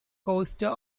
coaster